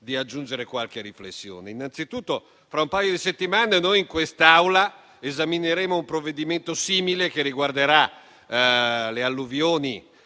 di aggiungere qualche riflessione. Innanzitutto, tra un paio di settimane in quest'Aula esamineremo un provvedimento simile, che riguarderà le alluvioni